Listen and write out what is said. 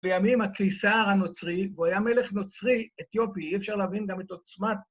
בימים הקיסר הנוצרי, והוא היה מלך נוצרי אתיופי, אי אפשר להבין גם את עוצמת...